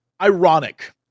ironic